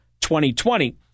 2020